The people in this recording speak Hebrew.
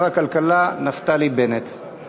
הבאה: הצעת חוק הגנת הצרכן (תיקון,